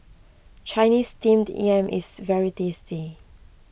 Chinese Steamed Yam is very tasty